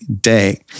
day